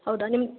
ಹೌದಾ ನಿಮ್ಮ